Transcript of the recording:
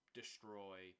destroy